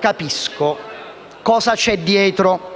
capisco cosa c'è dietro.